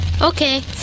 Okay